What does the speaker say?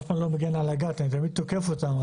אני תמיד תוקף אותם,